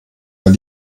weil